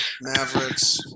Mavericks